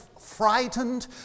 frightened